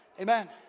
Amen